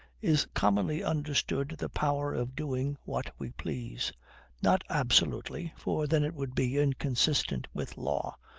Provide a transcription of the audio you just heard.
is commonly understood the power of doing what we please not absolutely, for then it would be inconsistent with law,